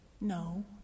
No